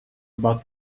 about